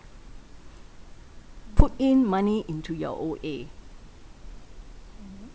put in money into your O_A